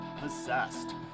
possessed